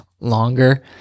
longer